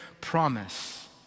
promise